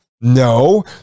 No